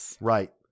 right